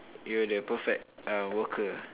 you that perfect uh worker ah